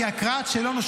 כמה זמן לוקח להם?